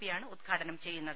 പിയാണ് ഉദ്ഘാടനം ചെയ്യുന്നത്